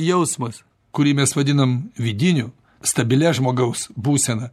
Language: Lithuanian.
jausmas kurį mes vadinam vidiniu stabilia žmogaus būsena